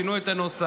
שינו את הנוסח,